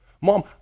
Mom